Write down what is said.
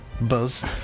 buzz